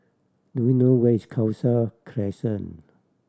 do you know where is Khalsa Crescent